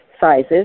sizes